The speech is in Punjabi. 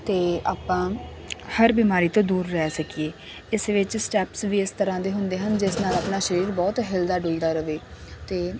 ਅਤੇ ਆਪਾਂ ਹਰ ਬਿਮਾਰੀ ਤੋਂ ਦੂਰ ਰਹਿ ਸਕੀਏ ਇਸ ਵਿੱਚ ਸਟੈਪਸ ਵੀ ਇਸ ਤਰ੍ਹਾਂ ਦੇ ਹੁੰਦੇ ਹਨ ਜਿਸ ਨਾਲ ਆਪਣਾ ਸਰੀਰ ਬਹੁਤ ਹਿਲਦਾ ਡੁਲਦਾ ਰਹੇ ਅਤੇ